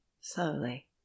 slowly